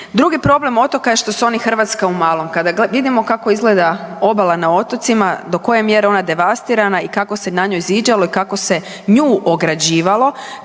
Drugi problem otoka je što su oni Hrvatska u malom. Kada vidimo kako izgleda obala na otocima, do koje mjere je ona devastirana i kako se na njoj ziđalo i kako se nju ograđivalo